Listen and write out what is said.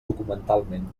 documentalment